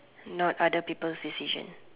not other people's decision